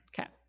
Okay